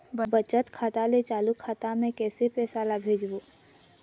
बचत खाता ले चालू खाता मे कैसे पैसा ला भेजबो?